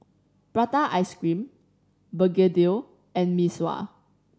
prata ice cream begedil and Mee Sua